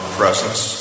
presence